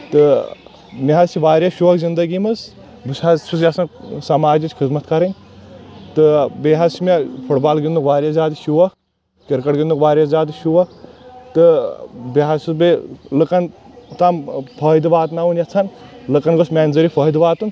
تہٕ مےٚ حظ چھِ واریاہ شوق زنٛدگی منٛز بہٕ چھس حظ چھُس یژھان سماجٕچ خدمت کرٕنۍ تہٕ بییٚہِ حظ چھُ مےٚ فٹ بال گنٛدنُک واریاہ زیادٕ شوق کرکَٹ گنٛدنُک واریاہ زیادٕ شوق تہٕ بییٚہِ حظ چھُ مےٚ لُکن تام فٲیدٕ واتناوُن یژھان لُکن گوٚژھ میانہِ ذریعہِ فٲیِدٕ واتُن